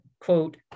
quote